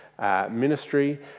Ministry